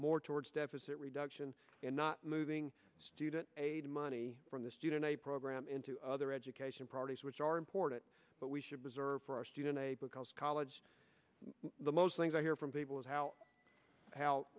more towards deficit reduction and not moving student aid money from the student a program into other education parties which are important but we should preserve for a student a college the most things i hear from people is how